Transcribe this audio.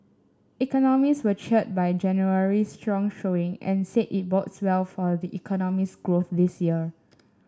economists were cheered by January strong showing and said it bodes well for the economy's growth this year